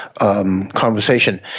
conversation